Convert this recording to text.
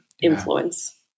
influence